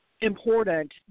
important